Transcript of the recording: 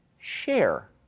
share